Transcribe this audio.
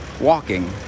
walking